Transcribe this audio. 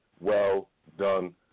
well-done